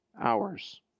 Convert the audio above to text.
hours